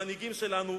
על המנהיגים שלנו,